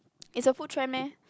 it's a food trend meh